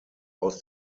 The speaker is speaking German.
aus